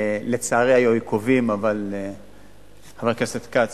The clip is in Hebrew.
לצערי, היו עיכובים, אבל חבר הכנסת כץ,